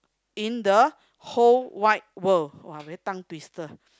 in the whole wide world !wah! very tongue twister